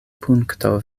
punkto